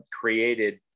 created